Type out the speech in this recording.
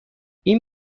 این